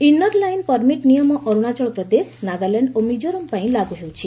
inner line permit ନିୟମ ଅରୁଣାଚଳପ୍ରଦେଶ ନାଗାଲାଣ୍ଡ ଓ ମିଜୋରାମ ପାଇଁ ଲାଗୁ ହେଉଛି